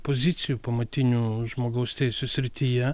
pozicijų pamatinių žmogaus teisių srityje